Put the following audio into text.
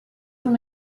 una